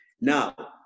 Now